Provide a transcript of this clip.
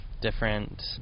different